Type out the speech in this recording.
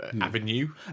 avenue